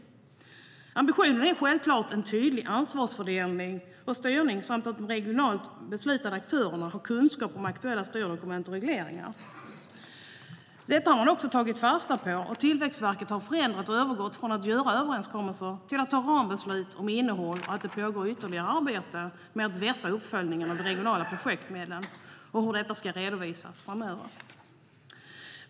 Ambitionen är självklart en tydlig ansvarsfördelning och styrning samt att de regionalt beslutande aktörerna har kunskap om aktuella styrdokument och regleringar. Detta har man också tagit fasta på. Tillväxtverket har förändrat och övergått från att göra överenskommelser till att fatta rambeslut om innehåll. Det pågår ytterligare arbete med att vässa uppföljningen av de regionala projektmedlen och hur den ska redovisas i årsredovisningen framöver.